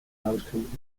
outcome